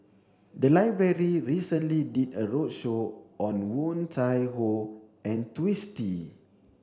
the library recently did a roadshow on Woon Tai Ho and Twisstii